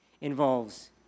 involves